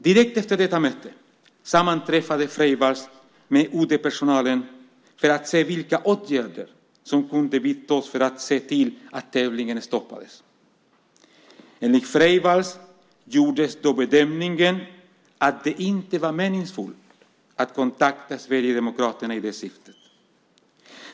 Direkt efter detta möte sammanträffade Freivalds med UD-personalen för att se vilka åtgärder som kunde vidtas för att se till att tävlingen stoppades. Enligt Freivalds gjordes då bedömningen att det inte var meningsfullt att kontakta Sverigedemokraterna i det syftet.